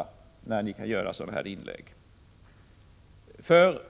En självklar utgångspunkt för